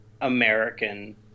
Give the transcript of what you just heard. American